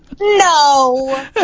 No